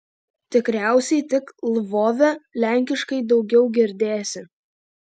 tikriausiai tik lvove lenkiškai daugiau girdėsi